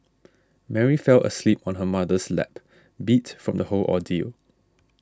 Mary fell asleep on her mother's lap beat from the whole ordeal